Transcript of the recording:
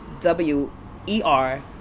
W-E-R